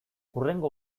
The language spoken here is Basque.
hurrengo